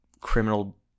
criminal